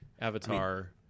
Avatar